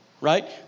Right